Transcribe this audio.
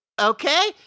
Okay